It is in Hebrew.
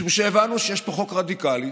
משום שהבנו שיש פה חוק רדיקלי,